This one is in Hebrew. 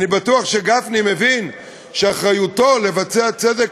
אני בטוח שגפני מבין שאחריותו לבצע צדק